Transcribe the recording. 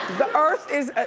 the earth is,